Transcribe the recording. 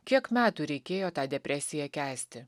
kiek metų reikėjo tą depresiją kęsti